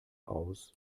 aus